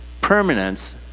permanence